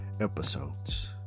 episodes